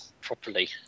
properly